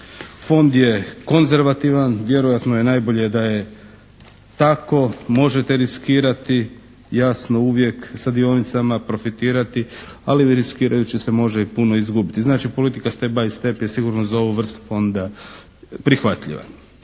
Fond je konzervativan. Vjerojatno je najbolje da je tako. Možete riskirati, jasno, uvijek sa dionicama profitirati, ali riskirajući se može i puno izgubiti. Znači politika "step by step" je sigurno za ovu vrstu fonda prihvatljiva.